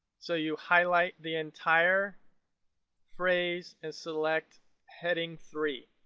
so you highlight the entire phrase and select heading three.